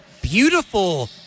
Beautiful